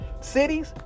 cities